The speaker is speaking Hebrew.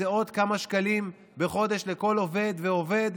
זה עוד כמה שקלים בחודש לכל עובד ועובד.